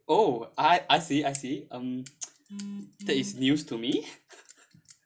oh I I see I see um that is news to me